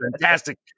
fantastic